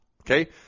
Okay